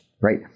right